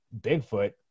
Bigfoot